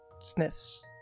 sniffs